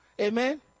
Amen